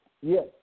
Yes